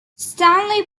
stanley